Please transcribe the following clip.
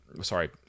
sorry